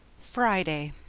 friday